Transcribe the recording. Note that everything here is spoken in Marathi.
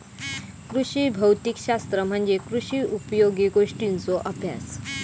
कृषी भौतिक शास्त्र म्हणजे कृषी उपयोगी गोष्टींचों अभ्यास